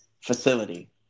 facility